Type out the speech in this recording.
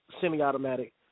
semi-automatic